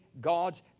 god's